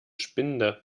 spinde